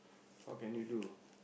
what can you do